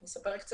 אני אספר קצת.